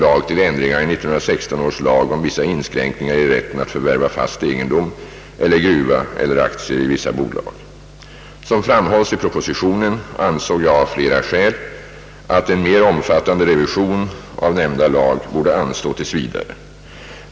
va eller aktier i vissa bolag. Som framhålls i propositionen ansåg jag av flera skäl att en mer omfattande revision av nämnda lag borde anstå tills vidare.